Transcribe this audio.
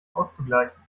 auszugleichen